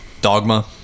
Dogma